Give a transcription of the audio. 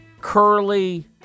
Curly